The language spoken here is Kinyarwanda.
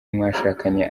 mwashakanye